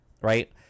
right